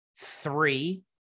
three